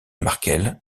markel